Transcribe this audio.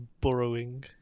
borrowing